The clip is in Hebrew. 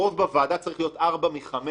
שרוב בוועדה צריך להיות 4 מ-5,